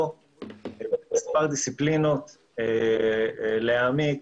שמשמעותו מספר דיסציפלינות להעמקה,